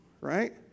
right